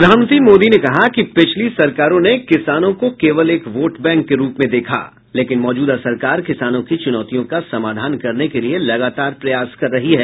प्रधानमंत्री मोदी ने कहा कि पिछली सरकारों ने किसानों को केवल एक वोटबैंक के रूप में देखा लेकिन मौजूदा सरकार किसानों की चुनौतियों का समाधान करने के लिए लगातार प्रयास कर रही है